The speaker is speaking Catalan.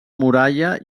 muralla